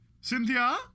Cynthia